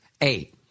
Eight